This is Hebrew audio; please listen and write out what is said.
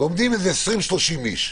ועומדים 30-20 איש,